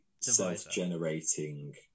self-generating